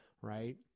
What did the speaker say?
right